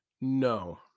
no